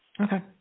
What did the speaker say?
okay